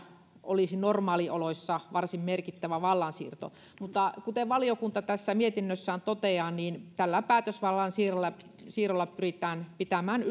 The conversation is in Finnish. olisi normaalioloissa varsin merkittävä vallansiirto mutta kuten valiokunta tässä mietinnössään toteaa niin tällä päätösvallan siirrolla pyritään pitämään